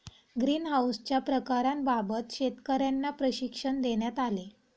ग्रीनहाउसच्या प्रकारांबाबत शेतकर्यांना प्रशिक्षण देण्यात आले